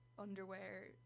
underwear